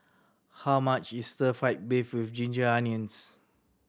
how much is Stir Fry beef with ginger onions